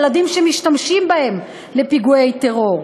ילדים שמשתמשים בהם לפיגועי טרור,